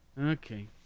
Okay